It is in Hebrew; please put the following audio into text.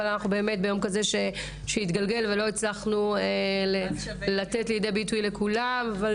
אבל אנחנו ביום כזה שהתגלגל ולא הצלחנו לתת ביטוי לכולם.